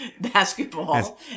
Basketball